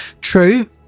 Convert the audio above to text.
True